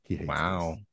Wow